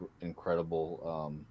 incredible